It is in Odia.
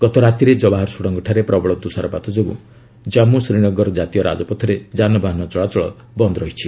ଗତରାତିରେ ଜବାହର ସୁଡ଼ଙ୍ଗଠାରେ ପ୍ରବଳ ତୁଷାରପାତ ଯୋଗୁଁ ଜନ୍ମୁ ଶ୍ରୀନଗର କାତୀୟ ରାଜପଥରେ ଯାନବାହନ ଚଳାଚଳ ବନ୍ଦ୍ ରହିଛି